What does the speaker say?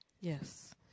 Yes